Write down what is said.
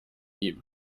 ihm